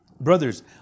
Brothers